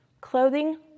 Clothing